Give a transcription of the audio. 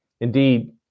Indeed